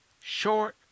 short